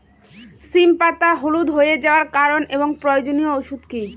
সিম পাতা হলুদ হয়ে যাওয়ার কারণ এবং প্রয়োজনীয় ওষুধ কি?